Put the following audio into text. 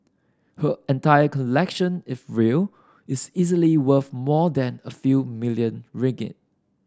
her entire collection if real is easily worth more than a few million ringgit